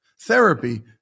Therapy